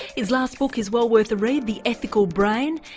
his last book is well worth a read, the ethical brain,